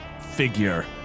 figure